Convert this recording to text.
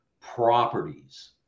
properties